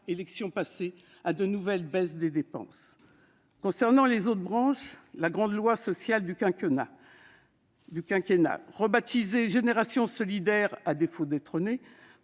élections passées, à de nouvelles baisses des dépenses. S'agissant des autres branches, la grande loi sociale du quinquennat, rebaptisée « Générations solidaires » à défaut d'être née,